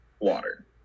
water